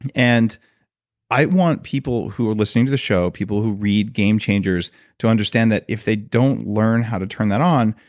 and and i want people who are listening to the show, people who read game changers to understand that if they don't learn how to turn that on,